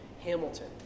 Hamilton